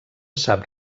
sap